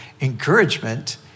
encouragement